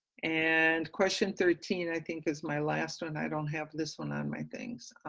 and question thirteen, i think is my last one. i don't have this one on my thing, so